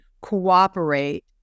cooperate